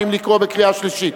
האם לקרוא בקריאה שלישית?